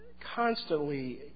constantly